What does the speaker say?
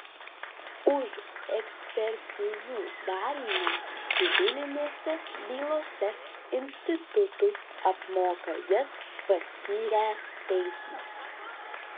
už ekspertizių darymą civilinėse bylose institutui apmoka jas paskyręs teismas